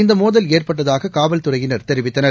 இந்த மோதல் ஏற்பட்டதாக காவல்துறையினர் தெரிவித்தனர்